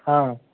हँ